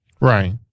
Right